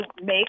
make